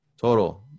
total